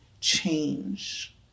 change